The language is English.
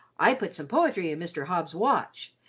i put some poetry in mr. hobbs's watch.